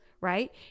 Right